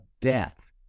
death